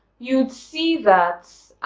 you'd see that ah,